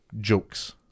jokes